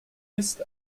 ist